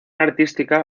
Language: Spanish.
artística